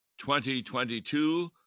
2022